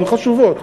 הן חשובות.